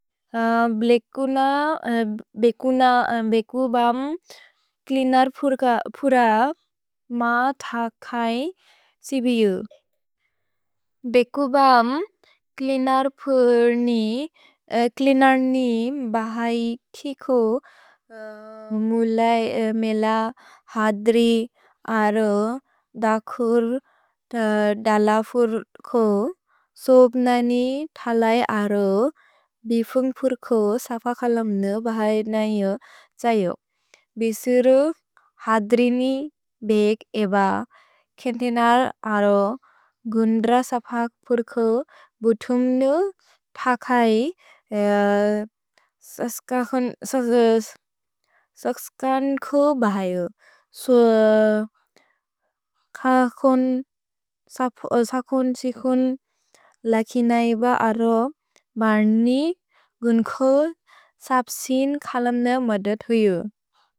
भेकुन vacuum cleaner फुर मा थ खै सिबिउ। भेकुबम् क्लिनर् फुर् नि बहै खिको मुलै मेल हद्रि अरो दकुर् दल फुर् को सोब्न नि थलै अरो बिफुन्ग् फुर् को सफ कलम्न बहै न इयो त्स इयो। भिसुरु हद्रिनि बेक् एब क्लिनर् अरो गुन्द्र सफक् फुर् को बुतुम्नु थ खै सस्कन् को बहै यो। सु खकोन् सस्कोन् सिकोन् लकिन एब अरो बहनि गुन्खोल् सफ्सिन् कलम्न मदद् हुयो।